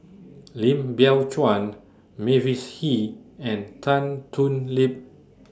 Lim Biow Chuan Mavis Hee and Tan Thoon Lip